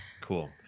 Cool